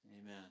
Amen